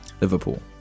Liverpool